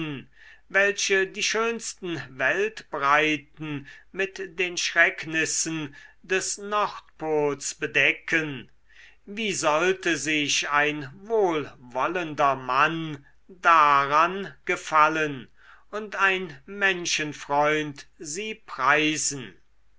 welche die schönsten weltbreiten mit den schrecknissen des nordpols bedecken wie sollte sich ein wohlwollender mann daran gefallen und ein menschenfreund sie preisen